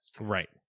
right